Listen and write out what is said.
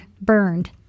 burned